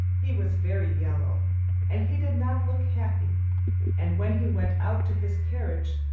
he was very yellow and he did not look happy and when he went out to his carriage,